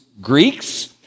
Greeks